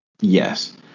Yes